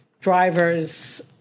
drivers